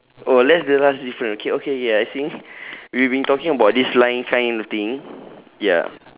oh that's the last difference okay okay okay I think we have been talking about this line kind of thing ya